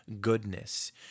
goodness